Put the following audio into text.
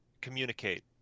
communicate